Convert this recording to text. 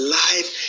life